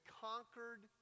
conquered